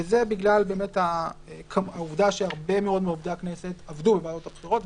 וזה בגלל העובדה שהרבה מאוד מעובדי הכנסת עבדו בוועדות הבחירות,